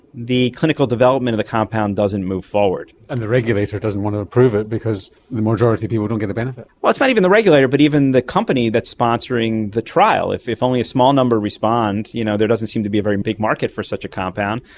the clinical development of the compound doesn't move forward. and the regulator doesn't want to approve it because the majority of people don't get the benefit. well, it's not even the regulator but even the company that's sponsoring the trial. if if only a small number respond, you know there doesn't seem to be a very and big market for such a compound,